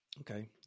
Okay